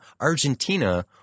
Argentina